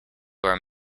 are